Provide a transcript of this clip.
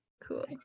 cool